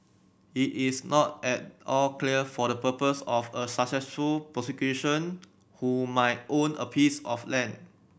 it is not at all clear for the purpose of a successful prosecution who might own a piece of land